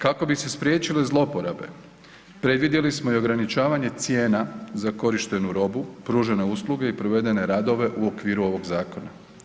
Kako bi se spriječile zlouporabe predvidjeli smo i ograničavanje cijena za korištenu robu, pružene usluge i provedene radove u okviru ovog zakona.